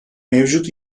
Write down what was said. mevcut